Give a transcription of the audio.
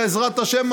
בעזרת השם,